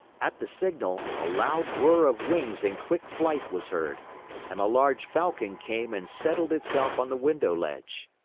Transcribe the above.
at the signal, a loud whirr of wings in quick flight was heard and a large falcon came and settled itself on the window ledge.